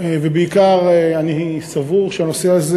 ובעיקר אני סבור שהנושא הזה,